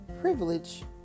privilege